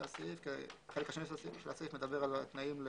הסעיף כי החלק השני של הסעיף עוסק בתנאים.